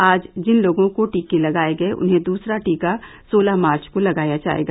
आज जिन लोगों को टीके लगाये गये उन्हें दूसरा टीका सोलह मार्च को लगाया जायेगा